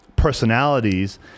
personalities